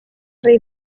rey